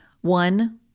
One